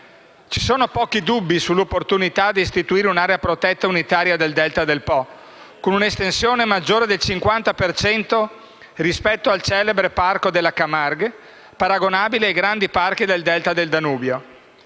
Ci sono pochi dubbi sull'opportunità di istituire un'area protetta unitaria del Delta del Po, con un'estensione maggiore del 50 per cento rispetto al celebre Parco della Camargue, paragonabile ai grandi parchi del delta del Danubio.